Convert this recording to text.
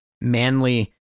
manly